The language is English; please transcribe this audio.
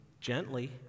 gently